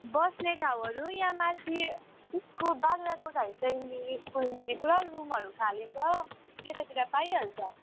बस्ने ठाउँहरू यहाँ माथि स्कू बाग्राकोट हायर सेकेन्डरी स्कुलनिर पुरा रुमहरू खालि छ त्यतातिर पाइहाल्छ